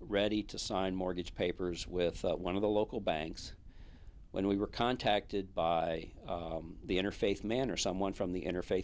ready to sign mortgage papers with one of the local banks when we were contacted by the interfaith man or someone from the interfa